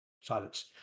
silence